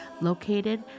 located